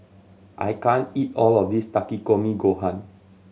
I can't eat all of this Takikomi Gohan